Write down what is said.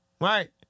right